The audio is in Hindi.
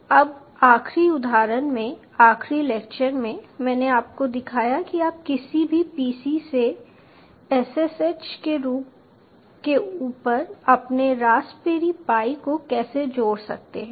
अब आखिरी उदाहरण में आखिरी लेक्चर में मैंने आपको दिखाया कि आप किसी भी PC से SSH के ऊपर अपने रास्पबेरी पाई को कैसे जोड़ सकते हैं